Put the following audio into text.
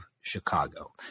Chicago